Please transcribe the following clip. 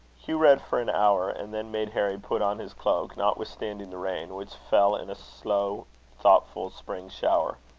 hugh read for an hour, and then made harry put on his cloak, notwithstanding the rain, which fell in a slow thoughtful spring shower.